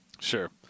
Sure